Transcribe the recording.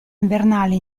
invernale